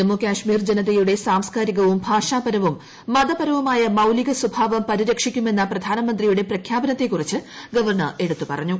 ജമ്മു കാശ്മീർ ജനതയുടെ സാംസ്കാരികവും ഭാഷാപരവും മതപരവുമായ മൌലിക സ്വഭാവം പരിരക്ഷിക്കുമെന്ന പ്രധാനമന്ത്രിയുടെ പ്രഖ്യാപനത്തെക്കുറിച്ച് ഗവർണർ എടുത്തുപറഞ്ഞു